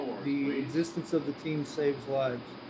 the existence of the team saves lives.